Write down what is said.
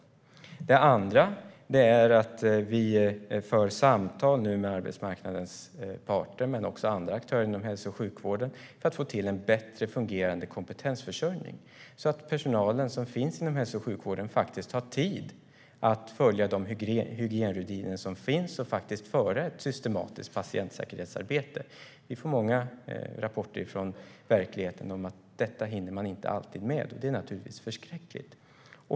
För det andra för vi samtal med arbetsmarknadens parter och andra aktörer inom hälso och sjukvården för att få till en bättre fungerande kompetensförsörjning så att personalen inom hälso och sjukvården har tid att följa de hygienrutiner som finns och föra ett systematiskt patientsäkerhetsarbete. Vi får många rapporter från verkligheten om att man inte alltid hinner med detta. Det är givetvis förskräckligt.